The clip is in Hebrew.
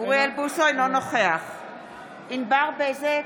אינו נוכח ענבר בזק,